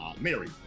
Mary